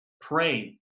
pray